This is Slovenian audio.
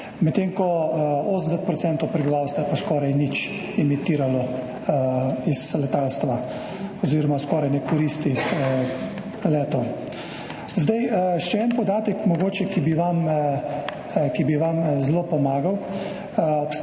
medtem ko 80 % prebivalstva ni skoraj nič emitiralo iz letalstva oziroma skoraj ne koristi letov. Še en podatek mogoče, ki bi vam zelo pomagal.